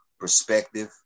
Perspective